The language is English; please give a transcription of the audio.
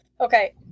Okay